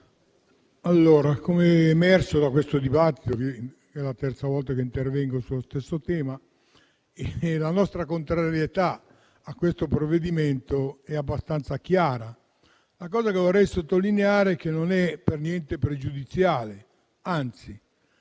come è emerso da questo dibattito (è la terza volta che intervengo sullo stesso tema), la nostra contrarietà a questo provvedimento è abbastanza chiara. E vorrei sottolineare che non è per niente pregiudiziale, anzi,